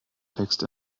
text